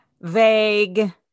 vague